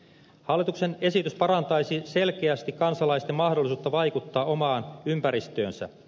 hallituksen esitys parantaisi selkeästi kansalaisten mahdollisuutta vaikuttaa omaan ympäristöönsä